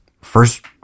First